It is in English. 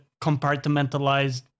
compartmentalized